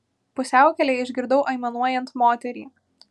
pusiaukelėje išgirdau aimanuojant moterį